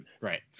right